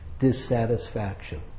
dissatisfaction